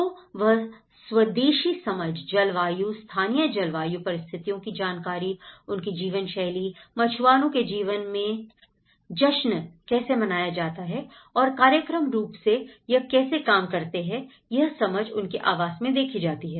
तो वह स्वदेशी समझ जलवायु स्थानीय जलवायु परिस्थितियों की जानकारी उनकी जीवनशैली मछुआरों के जीवन में जश्न कैसे मनाया जाता है और कार्यात्मक रूप से यह कैसे काम करता है यह समझ उनके आवास में देखी जाती है